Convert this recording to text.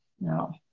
now